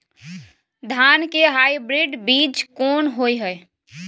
धान के हाइब्रिड बीज कोन होय है?